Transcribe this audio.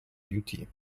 beauty